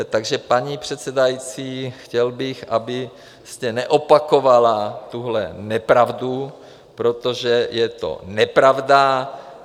Takže paní předsedající, chtěl bych, abyste neopakovala tuhle nepravdu, protože je to nepravda.